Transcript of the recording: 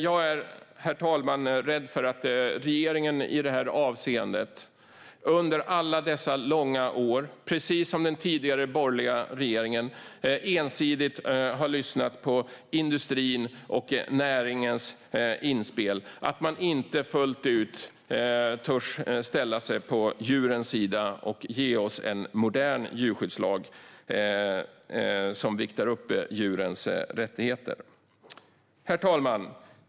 Jag är rädd att den här regeringen, precis som den tidigare borgerliga regeringen under alla dessa långa år, ensidigt har lyssnat på industrins och näringens inspel i det här avseendet och att man inte fullt ut törs ställa sig på djurens sida och ge oss en modern djurskyddslag som väger in djurens rättigheter. Herr talman!